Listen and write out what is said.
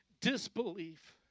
disbelief